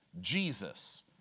Jesus